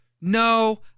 no